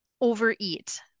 overeat